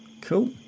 Cool